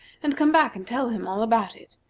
and come back and tell him all about it,